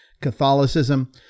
Catholicism